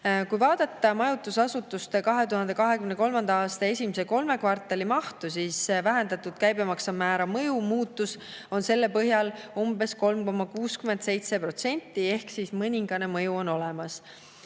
Kui vaadata majutusasutuste 2023. aasta esimese kolme kvartali mahtu, siis vähendatud käibemaksumäära mõju muutus on selle põhjal umbes 3,67% ehk mõningane mõju on olemas.